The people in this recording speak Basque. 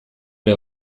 ere